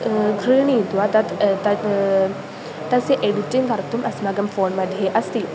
क्रीत्वा तत् त तस्य एडिटिङ्ग् कर्तुम् अस्माकं फ़ोन् मध्ये अस्ति